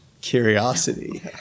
Curiosity